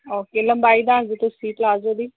okay ਲੰਬਾਈ ਦੱਸ ਦਿਉ ਤੁਸੀਂ ਪਲਾਜ਼ੋ ਦੀ